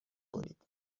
کنید